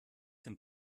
sind